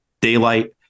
daylight